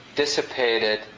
dissipated